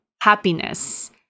happiness